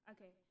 Okay